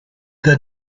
the